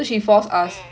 mm